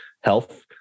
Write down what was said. health